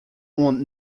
oant